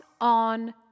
on